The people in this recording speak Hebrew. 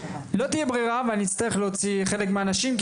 לא תהיה ברירה ואני אצטרך להוציא חלק מהאנשים,